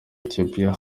ethiopia